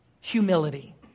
humility